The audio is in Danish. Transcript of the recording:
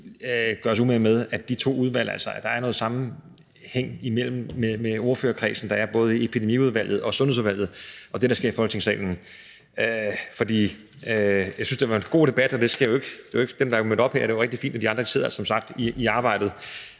gøre os umage, når vi har de to udvalg og der er noget sammenfald mellem ordførerkredsen i Epidemiudvalget og Sundhedsudvalget og det, der sker i Folketingssalen. Jeg synes, det var en god debat med dem, der er mødt op her, og det var rigtig fint, men de andre sidder som sagt med arbejdet